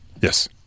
Yes